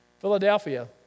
Philadelphia